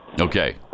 Okay